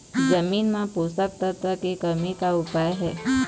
जमीन म पोषकतत्व के कमी का उपाय हे?